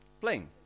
playing